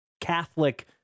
catholic